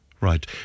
Right